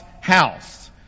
house